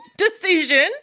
Decision